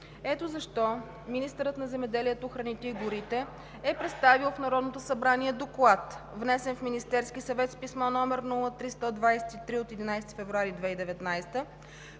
Ето защо министърът на земеделието, храните и горите е представил в Народното събрание Доклад, внесен в Министерския съвет с писмо № 03-123 от 11 февруари 2019 г.,